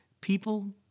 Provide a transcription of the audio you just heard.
people